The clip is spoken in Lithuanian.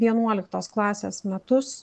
vienuoliktos klasės metus